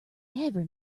every